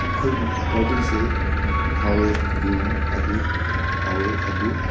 ꯑꯩꯈꯣꯏꯒꯤ ꯄꯥꯔꯇꯤꯁꯦ ꯍꯧꯔꯦ ꯑꯗꯨꯅ ꯑꯗꯨ ꯍꯧꯔꯦ ꯑꯗꯨ